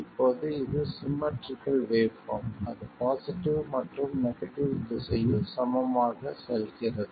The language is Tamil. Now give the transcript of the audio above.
இப்போது இது சிம்மட்ரிகள் வேவ்பார்ம் அது பாசிட்டிவ் மற்றும் நெகடிவ் திசையில் சமமாக செல்கிறது